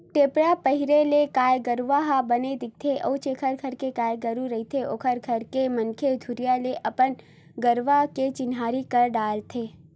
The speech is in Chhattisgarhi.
टेपरा पहिरे ले गाय गरु ह बने दिखथे अउ जेखर घर के गाय गरु रहिथे ओखर घर के मनखे दुरिहा ले अपन गरुवा के चिन्हारी कर डरथे